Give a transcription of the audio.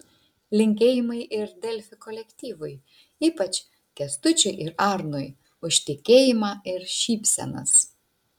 linkėjimai ir delfi kolektyvui ypač kęstučiui ir arnui už tikėjimą ir šypsenas